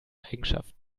eigenschaften